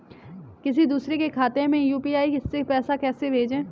किसी दूसरे के खाते में यू.पी.आई से पैसा कैसे भेजें?